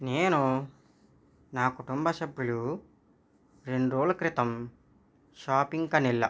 నేను నా కుటుంబ సభ్యులు రెండు రోజుల క్రితం షాపింగ్కు అని వెళ్ళాం